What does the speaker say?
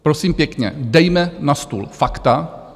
Prosím pěkně, dejme na stůl fakta.